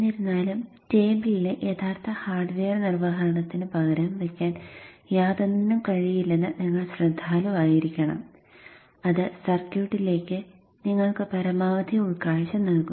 എന്നിരുന്നാലും ടേബിളിലെ യഥാർത്ഥ ഹാർഡ്വെയർ നിർവ്വഹണത്തിന് പകരം വയ്ക്കാൻ യാതൊന്നിനും കഴിയില്ലെന്ന് നിങ്ങൾ ശ്രദ്ധാലുവായിരിക്കണം അത് സർക്യൂട്ടിലേക്ക് നിങ്ങൾക്ക് പരമാവധി ഉൾക്കാഴ്ച നൽകും